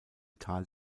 tal